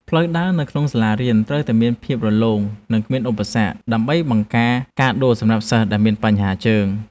ផ្លូវដើរនៅក្នុងសាលារៀនត្រូវតែមានភាពរលោងនិងគ្មានឧបសគ្គ ដើម្បីបង្ការការដួលសម្រាប់សិស្សដែលមានបញ្ហាជើង។